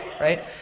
right